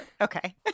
Okay